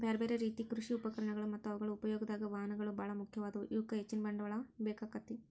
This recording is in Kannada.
ಬ್ಯಾರ್ಬ್ಯಾರೇ ರೇತಿ ಕೃಷಿ ಉಪಕರಣಗಳು ಮತ್ತ ಅವುಗಳ ಉಪಯೋಗದಾಗ, ವಾಹನಗಳು ಬಾಳ ಮುಖ್ಯವಾದವು, ಇವಕ್ಕ ಹೆಚ್ಚಿನ ಬಂಡವಾಳ ಬೇಕಾಕ್ಕೆತಿ